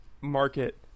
market